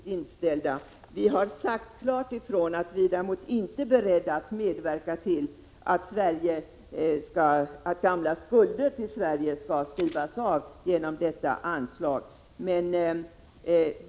Vi har däremot klart sagt ifrån att vi inte är beredda att medverka till att gamla skulder till Sverige skulle skrivas av med hjälp av detta anslag.